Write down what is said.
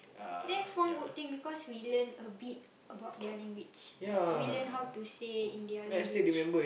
that's one good thing because we learn a bit about their language like we learn how to say in their language